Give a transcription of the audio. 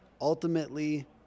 ultimately